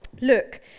look